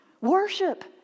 worship